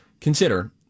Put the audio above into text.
consider